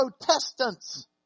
Protestants